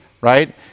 right